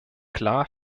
klar